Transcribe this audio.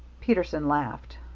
peterson laughed.